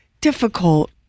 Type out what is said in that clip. difficult